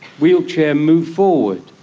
wheelchair move forward.